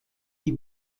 die